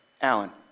Alan